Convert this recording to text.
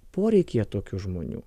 poreikyje tokių žmonių